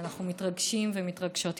אנחנו מתרגשים ומתרגשות איתכם.